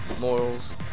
morals